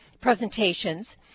presentations